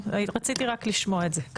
רציתי רק לשמוע את זה.